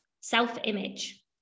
self-image